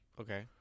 Okay